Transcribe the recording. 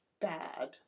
bad